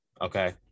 Okay